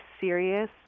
serious